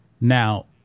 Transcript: Now